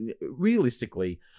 Realistically